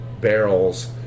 barrels